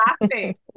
laughing